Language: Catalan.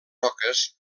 roques